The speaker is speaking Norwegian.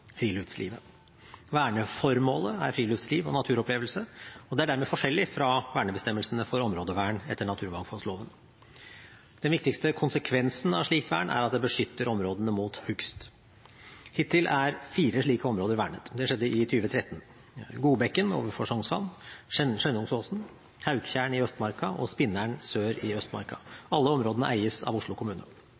friluftslivet. Verneformålet er friluftsliv og naturopplevelse og er dermed forskjellig fra vernebestemmelsene for områdevern etter naturmangfoldloven. Den viktigste konsekvensen av slikt vern er at det beskytter områdene mot hogst. Hittil er fire slike områder vernet. Det skjedde i 2013: Godbekken, ovenfor Sognsvann, Skjennungsåsen, Hauktjern i Østmarka og Spinneren, sør i Østmarka. Alle områdene eies av Oslo kommune.